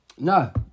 No